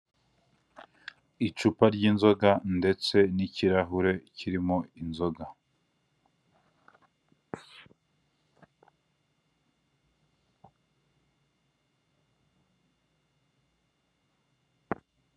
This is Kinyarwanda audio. Icupa ry'inzoga ndetse n'ikirahure kirimo inzoga.